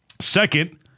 Second